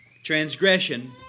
Transgression